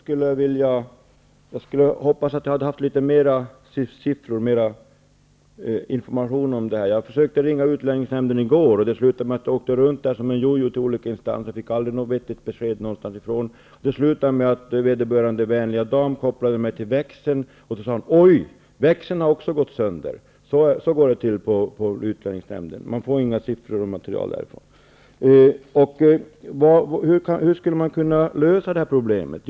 Herr talman! Jag skulle önska att jag hade tillgång till fler siffror och annan information om dessa saker. I går försökte jag ringa utlänningsnämnden. Det slutade med att jag kopplades runt som en jojo mellan olika instanser utan att få ett vettigt besked. Till sist kopplade den vänliga dam som jag talade med mig till växeln. Men då kom beskedet: Oj, växeln har också gått sönder. Så går det till hos utlänningsnämnden. Man får inga siffror eller annat material därifrån. Hur skulle man kunna lösa det aktuella problemet?